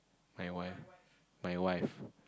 my wife my wife